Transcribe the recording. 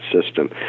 system